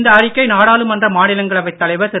இந்த அறிக்கை நாடாளுமன்ற மாநிலங்களவைத் தலைவர் திரு